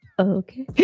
okay